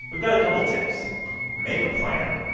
we've got a couple of tips make a plan,